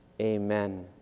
amen